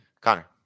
Connor